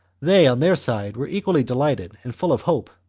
they, on their side, were equally delighted and full of hope.